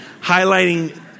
highlighting